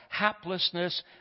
haplessness